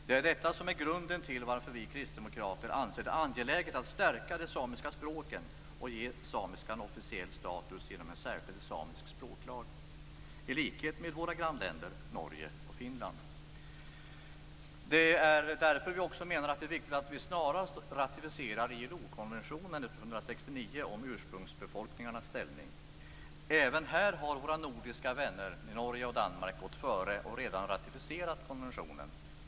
Det är detta som är grunden till att vi kristdemokrater anser det angeläget att stärka de samiska språken och ge samiskan officiell status genom en särskild samisk språklag, i likhet med det man gjort i våra grannländer Norge och Finland. Det är därför vi också menar att det är viktigt att vi snarast ratificerar ILO-konvention 169 om ursprungsbefolkningarnas ställning. Även här har våra nordiska vänner i Norge och Danmark gått före och redan ratificerat konventionen.